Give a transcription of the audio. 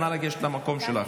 נא לגשת למקום שלך.